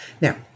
now